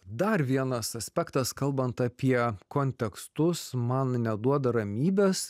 dar vienas aspektas kalbant apie kontekstus man neduoda ramybės